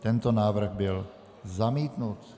Tento návrh byl zamítnut.